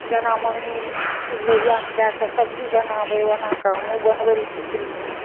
जेना मम्मी लोहियामे दए कऽ सब्जी बनाबै ओना कऽ हमहुँ बनबै लए सिखलियै